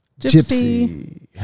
gypsy